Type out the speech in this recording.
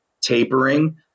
tapering